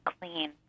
clean